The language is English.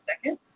second